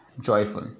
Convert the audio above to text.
joyful